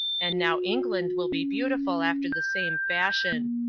and now england will be beautiful after the same fashion.